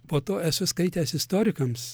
po to esu skaitęs istorikams